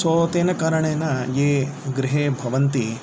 सो तेन कारणेन ये गृहे भवन्ति